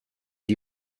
die